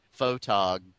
photog